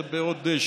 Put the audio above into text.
זה בעוד שבועיים,